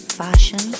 fashion